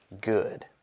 good